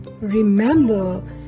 remember